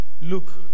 Look